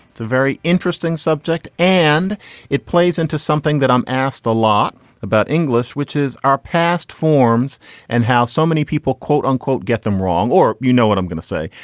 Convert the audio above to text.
it's a very interesting subject and it plays into something that i'm asked a lot about english, which is our past forms and how so many people, quote unquote, get them wrong or you know what i'm gonna say,